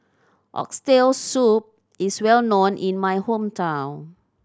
Oxtail Soup is well known in my hometown